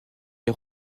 les